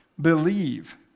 Believe